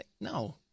No